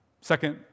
second